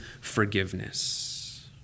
forgiveness